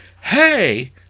hey